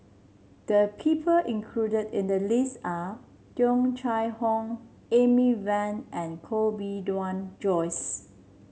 the people included in the list are Tung Chye Hong Amy Van and Koh Bee Tuan Joyce